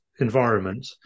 environment